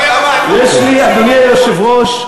אדוני היושב-ראש,